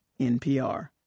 NPR